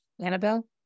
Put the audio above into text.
Annabelle